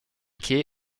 quai